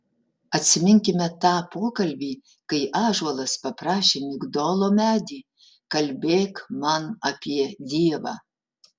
atsiminkime tą pokalbį kai ąžuolas paprašė migdolo medį kalbėk man apie dievą